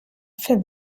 für